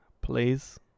please